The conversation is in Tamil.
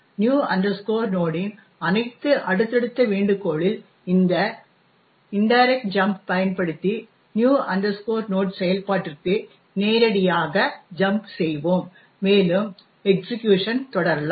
நியூ நோட்new node இன் அனைத்து அடுத்தடுத்த வேண்டுகோளில் இந்த இன்டைரக்ட் ஜம்ப் பயன்படுத்தி நியூ நோட் new node செயல்பாட்டிற்கு நேரடியாக ஜம்ப் செய்வோம் மேலும் எக்சிக்யூஷனை தொடரலாம்